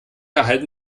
erhalten